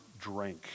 drank